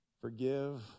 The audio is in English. forgive